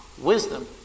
wisdom